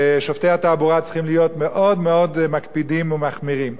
ושופטי התעבורה צריכים להיות מאוד מאוד מקפידים ומחמירים.